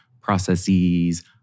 processes